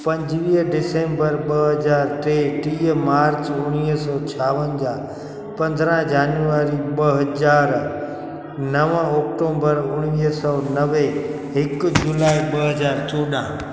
पंजुवीह डिसंबर ॿ हज़ार टे टीह मार्च उणिवीह सौ छावंजा पंद्रहां जनवरी ॿ हज़ार नव अक्टूंबर उणिवीह सौ नवे हिकु जुलाई ॿ हज़ार चोॾहां